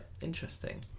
Interesting